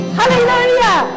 hallelujah